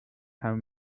have